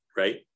Right